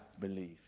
believed